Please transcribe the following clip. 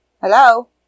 Hello